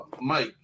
Mike